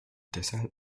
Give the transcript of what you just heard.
deshalb